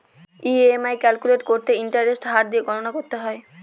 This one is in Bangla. ই.এম.আই ক্যালকুলেট করতে ইন্টারেস্টের হার দিয়ে গণনা করতে হয়